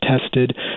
tested